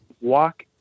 walk